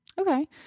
Okay